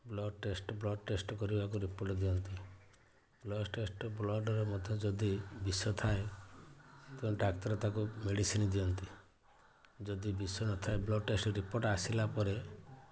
blood test blood test କରିବାକୁ report ଦିଅନ୍ତି blood test ବ୍ଲଡ଼୍ରେ ମଧ୍ୟ ଯଦି ବିଷ ଥାଏ ଡାକ୍ତର ତାକୁ ମେଡ଼ିସିନ୍ ଦିଅନ୍ତି ଯଦି ବିଷ ନଥାଏ ବ୍ଲଡ଼୍ ଟେଷ୍ଟ ରିପୋର୍ଟ ଆସିଲାପରେ